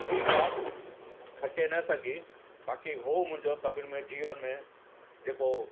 ठीकु आहे खटे न सघी बाक़ी हो मुंहिंजो सभिनि में जीवन में जेको